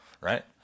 right